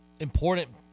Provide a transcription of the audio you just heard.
Important